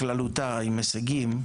בכללותה עם הישגים,